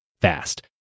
fast